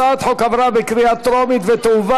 הצעת החוק עברה בקריאה טרומית ותועבר